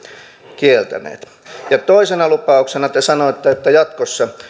kieltäneet toisena lupauksena te sanoitte että jatkossa